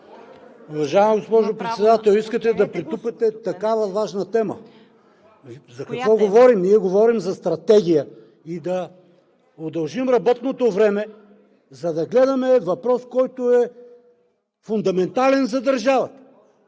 Уважаема госпожо Председател, искате да претупате такава важна тема? За какво говорим? Ние говорим за стратегия и да удължим работното време, за да гледаме въпрос, който е фундаментален за държавата…